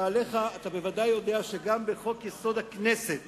אתה בוודאי יודע שגם בחוק-יסוד: הכנסת,